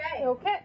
Okay